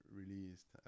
released